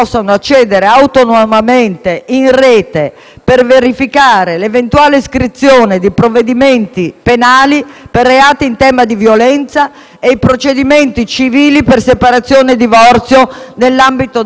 per verificare l'eventuale iscrizione di procedimenti penali per reati in tema di violenza e procedimenti civili per separazione e divorzio, nell'ambito dei quali sia necessario assumere determinazioni